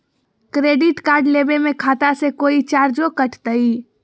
Credit card लेवे में खाता से कोई चार्जो कटतई?